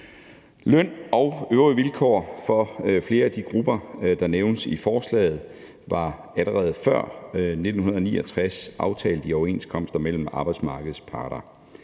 Løn og øvrige vilkår for flere af de grupper, der nævnes i forslaget, var allerede før 1969 aftalt i overenskomster mellem arbejdsmarkedets parter.